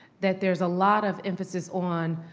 that there's a lot of emphasis on,